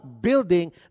Building